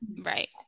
right